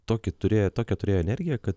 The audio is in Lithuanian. tokį turėjo tokią turėjo energiją kad